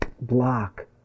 block